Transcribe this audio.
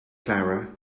clara